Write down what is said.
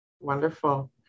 Wonderful